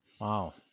wow